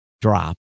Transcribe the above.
drop